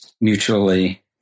mutually